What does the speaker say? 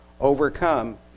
overcome